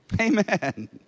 amen